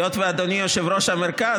היות שאדוני יושב-ראש המרכז,